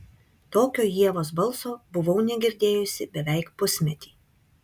tokio ievos balso buvau negirdėjusi beveik pusmetį